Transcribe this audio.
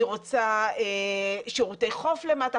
היא רוצה שירותי חוף למטה,